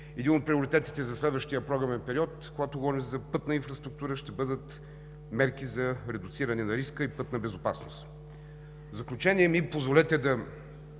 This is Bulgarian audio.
един от приоритетите за следващия програмен период, когато говорим за пътна инфраструктура, ще бъдат мерки за редуциране на риска и пътна безопасност. В заключение, позволете ми